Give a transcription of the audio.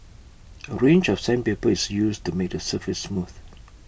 A range of sandpaper is used to make the surface smooth